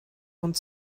und